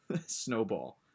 Snowball